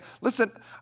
listen